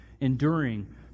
enduring